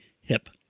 hip